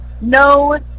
no